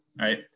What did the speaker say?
right